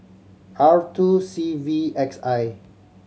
R two C V X I